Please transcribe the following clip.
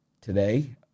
Today